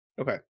Okay